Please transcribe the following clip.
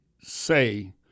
say